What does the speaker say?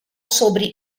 sobre